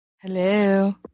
Hello